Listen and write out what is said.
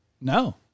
no